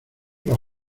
los